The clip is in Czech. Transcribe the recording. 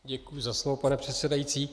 Děkuji za slovo, pane předsedající.